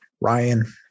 Ryan